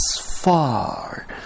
far